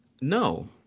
no